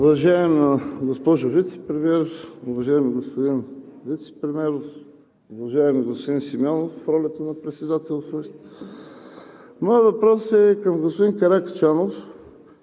Уважаема госпожо Вицепремиер, уважаеми господин Вицепремиер, уважаеми господин Симеонов в ролята на председателстващ! Моят въпрос е към господин Каракачанов